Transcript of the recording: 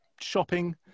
shopping